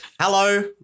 Hello